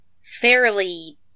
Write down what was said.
fairly